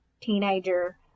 teenager